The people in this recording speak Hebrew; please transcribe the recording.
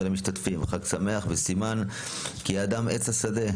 ולמשתתפים חג שמח בסימן "כי האדם עץ השדה".